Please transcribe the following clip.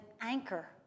anchor